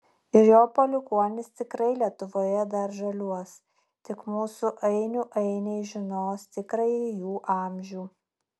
ir jo palikuonys tikrai lietuvoje dar žaliuos tik mūsų ainių ainiai žinos tikrąjį jų amžių